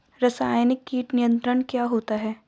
रसायनिक कीट नियंत्रण क्या होता है?